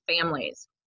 families